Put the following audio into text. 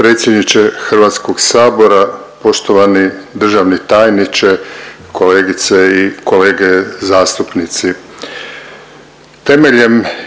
predsjedniče Hrvatskog sabora, poštovani državni odvjetniče, poštovane kolegice i kolege danas